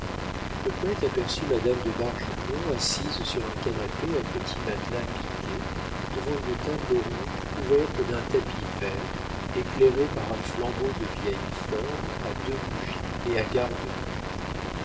le poète aperçut madame de bargeton assise sur un canapé à petit matelas piqué devant une table ronde couverte d'un tapis vert éclairée par un flambeau de vieille forme à deux bougies et à garde-vue la